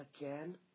again